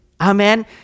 Amen